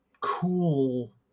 cool